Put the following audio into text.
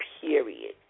period